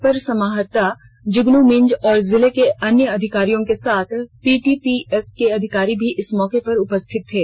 अपर समाहर्ता जुगनू मिंज और जिले के अन्य अधिकारियों के साथ पीटीपीएस के अधिकारी भी इस मौके पर उपस्थित थे